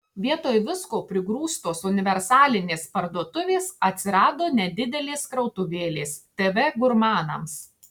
vietoj visko prigrūstos universalinės parduotuvės atsirado nedidelės krautuvėlės tv gurmanams